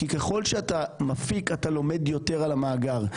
כי ככל שאתה מפיק, אתה לומד יותר על המאגר.